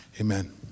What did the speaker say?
amen